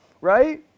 right